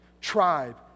tribe